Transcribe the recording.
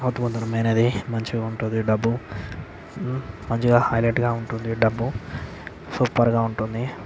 మంచిగా ఉంటుంది డబ్బు మంచిగా హైలెట్గా ఉంటుంది డబ్బు సూపర్గా ఉంటుంది